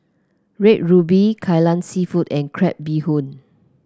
Red Ruby Kai Lan seafood and Crab Bee Hoon